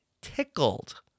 tickled